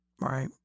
Right